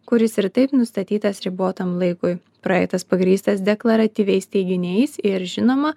kuris ir taip nustatytas ribotam laikui projektas pagrįstas deklaratyviais teiginiais ir žinoma